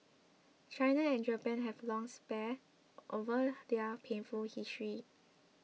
China and Japan have long sparred over their painful history